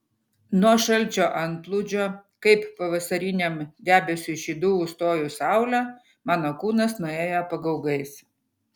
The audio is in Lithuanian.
nuo šalčio antplūdžio kaip pavasariniam debesiui šydu užstojus saulę mano kūnas nuėjo pagaugais